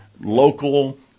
local